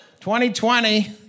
2020